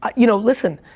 ah you know, listen,